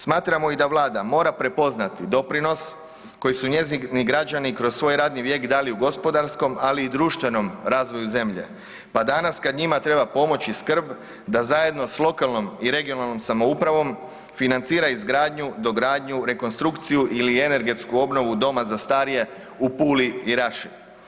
Smatramo i da Vlada mora prepoznati doprinos koji su njezini građani kroz svoj radni vijek dali u gospodarskom, ali i u društvenom razvoju zemlje, pa danas kada njima treba pomoć i skrb da zajedno s lokalnom i regionalnom samoupravom financira izgradnju, dogradnju, rekonstrukciju ili energetsku obnovu Doma za starije u Puli i Raši.